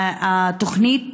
התוכנית